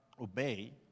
obey